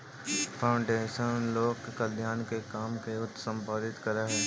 foundation लोक कल्याण के काम के संपादित करऽ हई